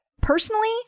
personally